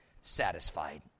satisfied